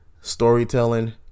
storytelling